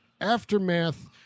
Aftermath